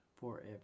forever